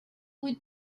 would